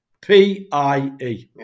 P-I-E